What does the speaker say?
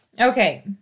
Okay